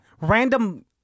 random